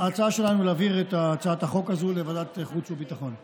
להעביר את הצעת החוק הזו לוועדת החוץ והביטחון.